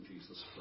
Jesus